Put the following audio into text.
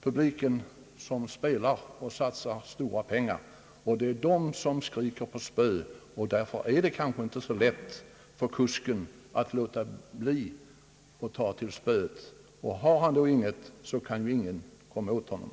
publiken som spelar och satsar stora pengar. Publiken kräver att spö skall användas, och det är nu kanske inte så lätt för kusken att låta bli att ta till det. Om han däremot inte tilllåtes att ha spö, kan ju ingen klanka på honom.